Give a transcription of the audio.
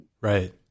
right